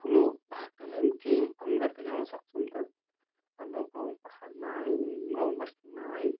ठुलो भाग नल्याए पनि केही अङ्गहरू त ल्याउनु सक्छ नि त हाम्रो गाउँ पहाडमा है गाउँ बस्तीमा है